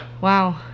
Wow